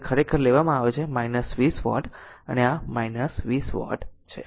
તેથી આ ખરેખર લેવામાં આવે છે 20 વોટ અને 20 વોટ છે